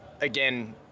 again